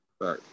right